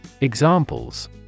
Examples